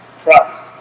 Trust